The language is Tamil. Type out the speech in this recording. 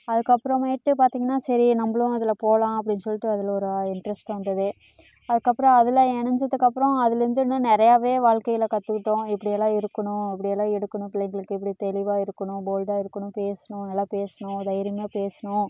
அதுக்கப்புறமேட்டு பார்த்திங்கன்னா சரி நம்மளும் அதில் போகலாம் அப்படின்னு சொல்லிட்டு அதில் ஒரு இன்ட்ரெஸ்ட் வந்தது அதுக்கப்புறம் அதில் இணஞ்சதுக்கப்புறம் அதிலிருந்து இன்னும் நிறையாவே வாழ்க்கையில் கற்றுக்கிட்டோம் இப்படியெல்லாம் இருக்கணும் இப்படியெல்லாம் எடுக்கணும் பிள்ளைங்களுக்கு இப்படி தெளிவாக இருக்கணும் போல்டாக இருக்கணும் பேசணும் நல்லா பேசணும் தைரியமாக பேசணும்